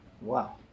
Wow